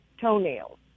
toenails